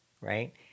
right